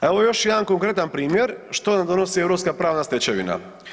Evo još jedan konkretan primjer što nam donosi europska pravna stečevina.